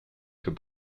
comme